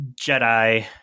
Jedi